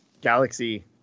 Galaxy